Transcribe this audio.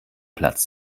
platz